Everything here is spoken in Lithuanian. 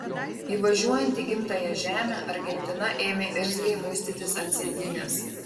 įvažiuojant į gimtąją žemę argentina ėmė irzliai muistytis ant sėdynės